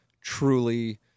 truly